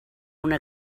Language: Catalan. una